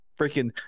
freaking